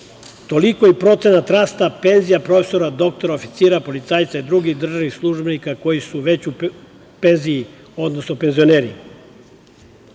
toliko i procenat rasta penzija profesora, doktora, oficira, policajca i drugih državnih službenika koji su već u penziji, odnosno penzionerima. Ako